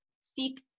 seek